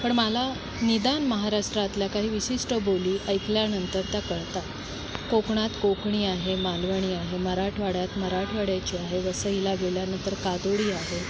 पण मला निदान महाराष्ट्रातल्या काही विशिष्ट बोली ऐकल्यानंतर त्या कळतात कोकणात कोकणी आहे मालवणी आहे मराठवाड्यात मराठवाड्याची आहे वसईला गेल्यानंतर कातोळी आहे